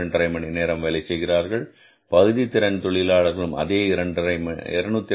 5 மணி நேரம் வேலை செய்வார்கள் பகுதி திறன் தொழிலாளர்களும் அதே 202